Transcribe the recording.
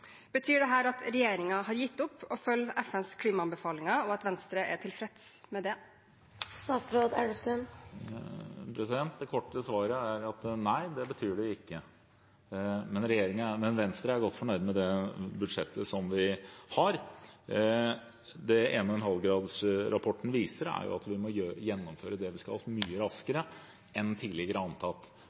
Betyr dette at regjeringen har gitt opp å følge FNs klimaanbefalinger, og at Venstre er tilfreds med det?» Det korte svaret er nei, det betyr det ikke. Men Venstre er godt fornøyd med det budsjettet som vi har. Det 1,5-gradersrapporten viser, er at vi må gjennomføre det vi skal, mye raskere enn tidligere antatt.